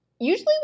Usually